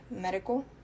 medical